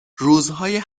روزهای